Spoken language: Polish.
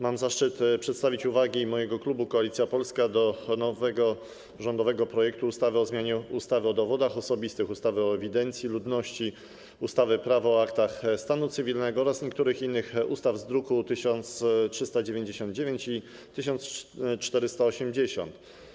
Mam zaszczyt przedstawić uwagi mojego klubu, klubu Koalicja Polska, odnośnie do nowego rządowego projektu ustawy o zmianie ustawy o dowodach osobistych, ustawy o ewidencji ludności, ustawy - Prawo o aktach stanu cywilnego oraz niektórych innych ustaw, druki nr 1399 i 1480.